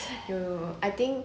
no no no I think